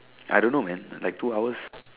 I don't know man like two hours